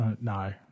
No